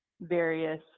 various